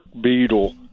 beetle